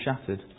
shattered